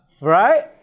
Right